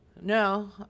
No